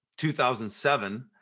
2007